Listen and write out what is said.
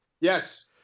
Yes